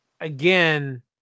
again